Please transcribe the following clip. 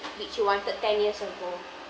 which you wanted ten years ago